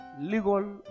legal